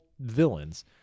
villains